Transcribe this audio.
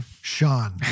Sean